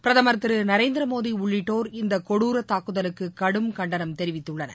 பிரதமர் திரு நரேந்திரமோடி உள்ளிட்டோர் இந்த கொடூர தாக்குதலுக்கு கடும் கண்டனம் தெரிவித்துள்ளனர்